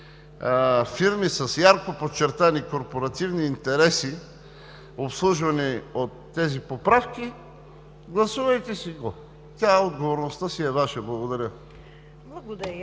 фирми с ярко подчертани корпоративни интереси, обслужвани от тези поправки, гласувайте си го – отговорността си е Ваша. Благодаря.